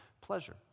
pleasure